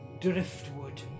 driftwood